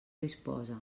disposa